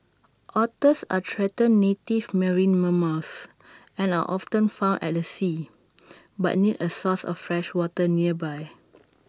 otters are threatened native marine mammals and are often found at A sea but need A source of fresh water nearby